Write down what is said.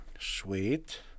Sweet